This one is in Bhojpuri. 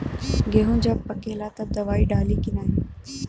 गेहूँ जब पकेला तब दवाई डाली की नाही?